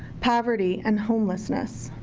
poverty and homelessness.